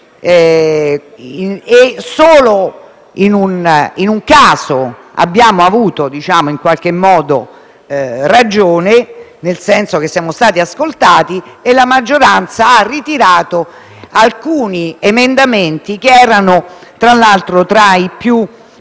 e solo in un caso abbiamo avuto ragione, nel senso che siamo stati ascoltati e la maggioranza ha ritirato alcuni emendamenti che erano tra i più